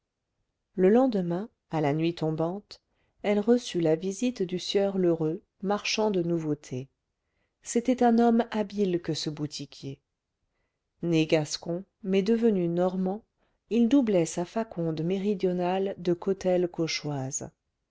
le lendemain à la nuit tombante elle reçut la visite du sieur lheureux marchand de nouveautés c'était un homme habile que ce boutiquier né gascon mais devenu normand il doublait sa faconde méridionale de cautèle cauchoise